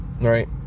right